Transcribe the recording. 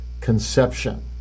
conception